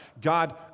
God